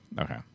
okay